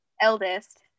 eldest